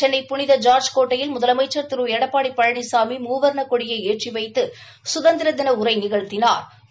சென்னை புனித ஜார்ஜ் கோட்டையில் முதலமைச்சர் திரு எடப்பாடி பழனிசாமி மூவர்ணக்கொடியை ஏற்றி வைத்து சுதந்திர தின உரை நிகழ்த்தினாா்